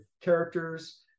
characters